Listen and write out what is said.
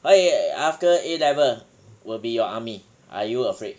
okay after A level will be your army are you afraid